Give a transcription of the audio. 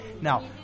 Now